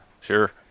Sure